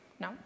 No